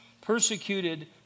persecuted